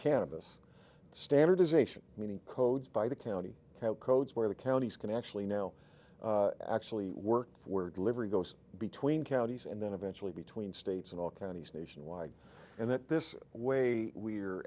cannabis standardization meaning codes by the county codes where the counties can actually now actually work for delivery goes between counties and then eventually between states and all counties nationwide and that this way we're